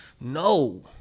No